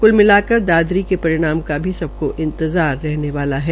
कुल मिलाकर दादरी के परिणाम का भी सबक इंतजार रहने वाला है